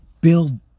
build